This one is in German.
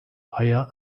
eier